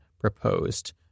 proposed